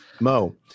Mo